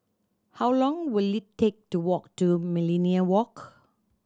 how long will it take to walk to Millenia Walk